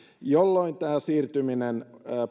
jolloin siirtyminen